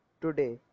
Today